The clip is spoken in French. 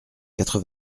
quatre